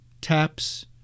taps